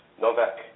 Novak